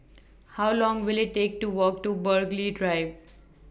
How Long Will IT Take to Walk to Burghley Drive